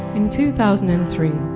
in two thousand and three,